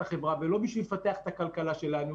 החברה ולא בשביל לפתח את הכלכלה שלנו,